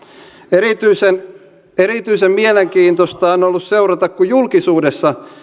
erityisen erityisen mielenkiintoista on on ollut seurata kun julkisuudessa